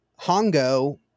Hongo